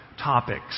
topics